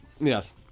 Yes